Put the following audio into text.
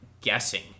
guessing